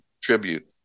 tribute